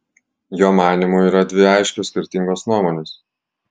jo manymu yra dvi aiškios skirtingos nuomonės